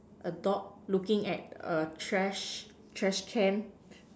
a dog looking at a trash trash can